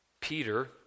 Peter